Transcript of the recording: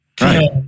Right